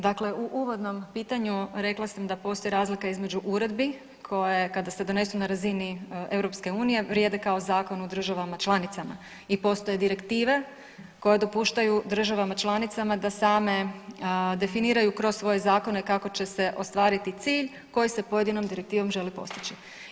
Dakle, u uvodnom pitanju rekla sam da postoji razlika između uredbi koje kada se donesu na razini EU vrijede kao zakon u državama članicama i postoje direktive koje dopuštaju državama članicama da same definiraju kroz svoje zakone kako će se ostvariti cilj koji se pojedinom direktivom želi postići.